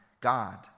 God